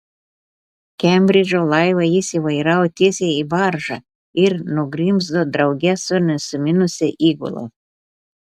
kembridžo laivą jis įvairavo tiesiai į baržą ir nugrimzdo drauge su nusiminusia įgula